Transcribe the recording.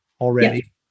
already